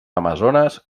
amazones